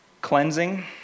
Cleansing